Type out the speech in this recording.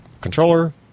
controller